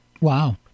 Wow